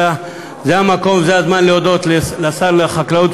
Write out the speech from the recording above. זה המקום וזה הזמן להודות לשר החקלאות